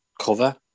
cover